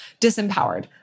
disempowered